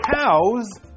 cows